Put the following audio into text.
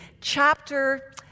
chapter